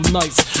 nights